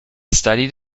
studied